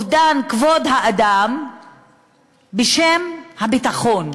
לאובדן כבוד האדם בשם הביטחון.